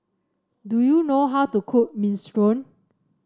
do you know how to cook Minestrone